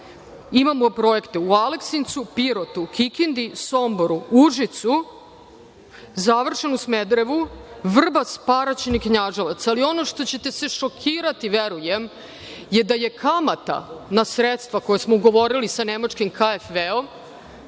imamo projekte u Aleksincu, Pirotu, Kikindi, Somboru, Užicu, završen u Smederevu, Vrbas, Paraćin i Knjaževac. Ali, ono što ćete se šokirati, verujem, je da je kamata na sredstva koja smo ugovorili sa nemačkim KWF,